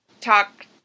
talk